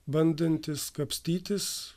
bandantys kapstytis